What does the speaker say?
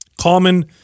common